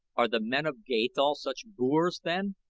are the men of gathol such boors, then?